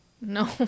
No